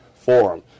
Forum